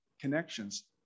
connections